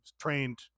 trained